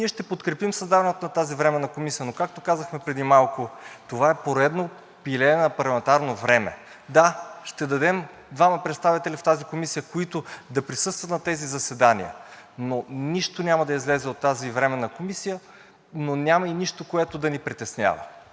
Ние ще подкрепим създаването на тази временна комисия, но както казахме преди малко, това е поредно пилеене на парламентарно време. Да, ще дадем двама представители в тази комисия, които да присъстват на тези заседания, но нищо няма да излезе от тази временна комисия, няма и нищо, което да ни притеснява.